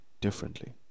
differently